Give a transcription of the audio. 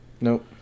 Nope